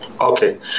Okay